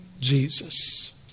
Jesus